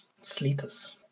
Sleepers